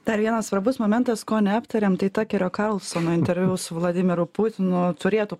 dar vienas svarbus momentas ko neaptarėm tai takerio karlsono interviu su vladimiru putinu turėtų